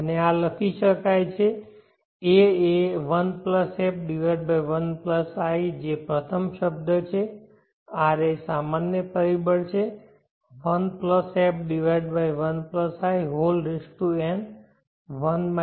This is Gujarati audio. અને આ લખી શકાય છે a એ 1f1i જે પ્રથમ શબ્દ છે r એ સામાન્ય પરિબળ છે 1 f1in